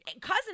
cousin